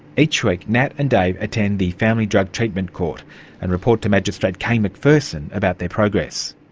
each week, nat and dave attend the family drug treatment court and report to magistrate kay mcpherson about their progress.